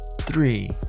three